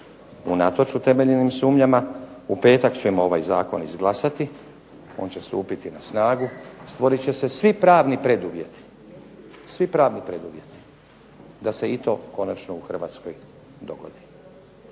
unatoč utemeljenim sumnjama. U petak ćemo ovaj zakon izglasati, on će stupiti na snagu, stvorit će se svi pravni preduvjeti da se i to konačno u Hrvatskoj dogodi.